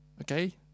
okay